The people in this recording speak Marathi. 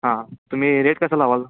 हां तुम्ही रेट कसं लावाल